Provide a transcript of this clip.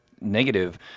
negative